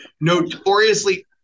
notoriously